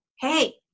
hey